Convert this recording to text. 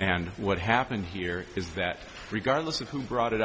and what happened here is that regardless of who brought it